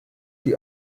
die